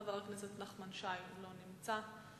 חבר הכנסת נחמן שי, לא נמצא.